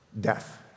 death